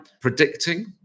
predicting